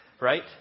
Right